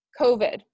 COVID